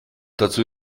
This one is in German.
dazu